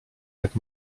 jak